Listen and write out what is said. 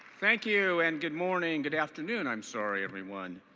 thank you and good morning, good afternoon, i'm sorry everyone.